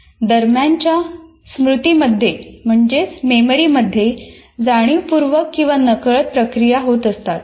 दरम्यानच्या मेमरीमध्ये जाणीवपूर्वक किंवा नकळत प्रक्रिया होत असतात